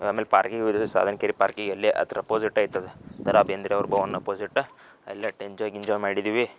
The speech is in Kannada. ಆಮೇಲೆ ಪಾರ್ಕಿಗ್ ಹೋಗಿದ್ವಿ ಸಾದನ್ಕೇರಿ ಪಾರ್ಕಿಗೆಲ್ಲಿ ಅದ್ರ ಅಪೋಸಿಟ್ ಐತೆ ಅದು ದ ರಾ ಬೇಂದ್ರೆಯವ್ರ ಭವನ್ ಅಪೋಸಿಟ್ ಅಲ್ಲೆಟ್ ಎಂಜಾಯ್ ಗಿಂಜಾಯ್ ಮಾಡಿದ್ದೀವಿ